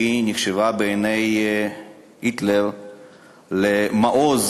שנחשבה בעיני היטלר למעוז